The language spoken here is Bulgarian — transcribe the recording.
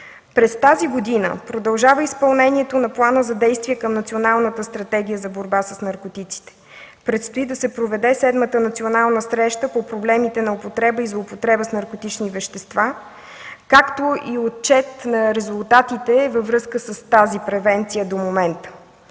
През тази година продължава изпълнението на Плана за действие към Националната стратегия за борба с наркотиците. Предстои да се проведе Седмата национална среща по проблемите на употреба и злоупотреба с наркотични вещества, както и отчет на резултатите във връзка с тази превенция до момента.